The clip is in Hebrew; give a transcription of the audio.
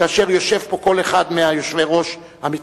כאשר יושב פה כל אחד מהיושבי-ראש המתחלפים.